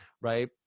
right